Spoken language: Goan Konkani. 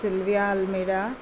सिल्विया आल्मेदा